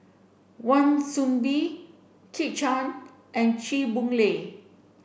Wan Soon Bee Kit Chan and Chew Boon Lay